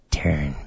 turn